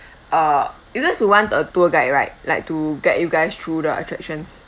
uh you guys would want a tour guide right like to guide you guys through the attractions